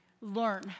learn